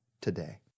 today